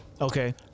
Okay